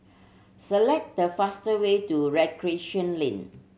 select the fast way to Recreation Lane